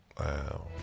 Wow